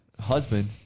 husband